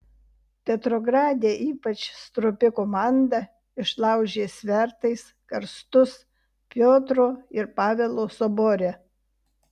petrograde ypač stropi komanda išlaužė svertais karstus piotro ir pavelo sobore